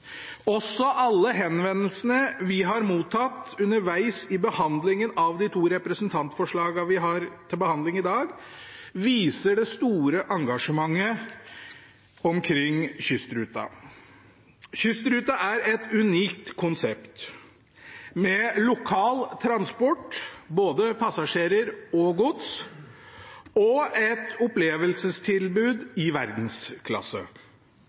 Også alle henvendelsene vi har mottatt underveis i behandlingen av de to representantforslagene vi har til behandling i dag, viser det store engasjementet omkring kystruta. Kystruta er et unikt konsept med lokal transport av både passasjerer og gods, og et opplevelsestilbud i verdensklasse.